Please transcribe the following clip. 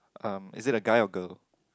um is it a guy or girl